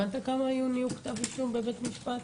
הבנת כמה נהיו כתבי אישום בבית משפט?